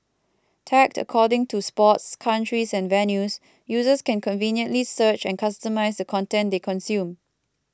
tagged according to sports countries and venues users can conveniently search and customise the content they consume